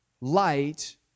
light